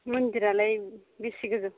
मन्दिरालाय बेसे गोजौ